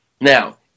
Now